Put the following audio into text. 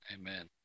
Amen